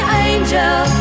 angel